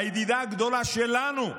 הידידה הגדולה שלנו,